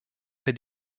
per